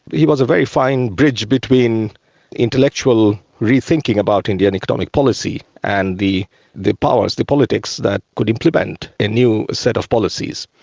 he was a very fine bridge between intellectual rethinking about indian economic policy and the the powers, the politics, that could implement a new set of policies.